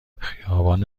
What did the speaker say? خیابان